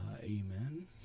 Amen